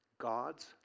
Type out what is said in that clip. God's